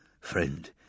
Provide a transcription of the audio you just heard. Friend